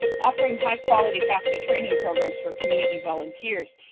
offering high-quality fafsa training programs for community volunteers.